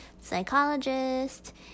psychologist